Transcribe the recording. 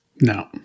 No